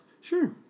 Sure